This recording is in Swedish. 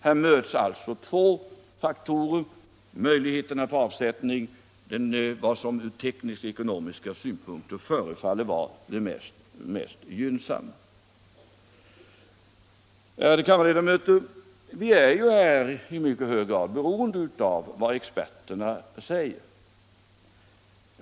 Här möts alltså två faktorer: möjligheten att få avsättning och vad som ur teknisk och ekonomisk synpunkt förefaller vara det mest gynnsamma. Ärade kammarledamöter! Vi är här i mycket hög grad beroende av vad experterna säger.